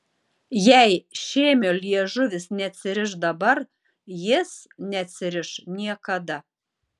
jei šėmio liežuvis neatsiriš dabar jis neatsiriš niekada